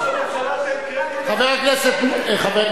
ראש הממשלה, תן קרדיט, חבר הכנסת חסון.